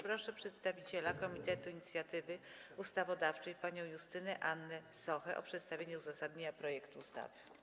Proszę przedstawiciela Komitetu Inicjatywy Ustawodawczej panią Justynę Annę Sochę o przedstawienie uzasadnienia projektu ustawy.